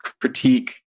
critique